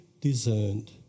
discerned